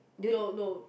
no no